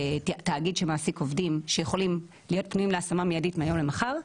ותאגיד שמעסיק עובדים שיכולים להיות פנויים להשמה מידית מהיום למחר.